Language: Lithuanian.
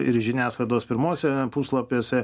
ir žiniasklaidos pirmuose puslapiuose